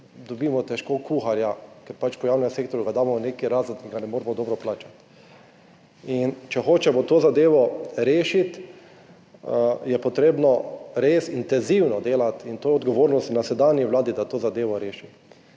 dobimo težko kuharja, ker ga pač v javnem sektorju damo v nek razred, ga ne moremo dobro plačati. In če hočemo to zadevo rešiti, je potrebno res intenzivno delati. Ta odgovornost je na sedanji vladi, da to zadevo reši.